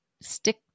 Stick